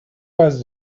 was